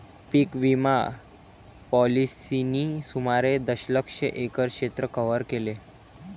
पीक विमा पॉलिसींनी सुमारे दशलक्ष एकर क्षेत्र कव्हर केले